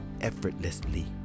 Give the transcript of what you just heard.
effortlessly